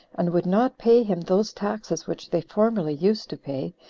and would not pay him those taxes which they formerly used to pay,